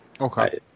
Okay